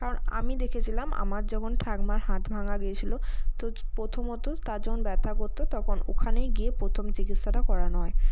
কারণ আমি দেখেছিলাম আমার যখন ঠাকুমার হাত ভাঙ্গা গেছিলো তো প্রথমত তার যখন ব্যথা করত তখন ওখানেই গিয়ে প্রথম চিকিৎসাটা করানো হয়